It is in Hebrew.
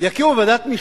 יקימו ועדת משנה,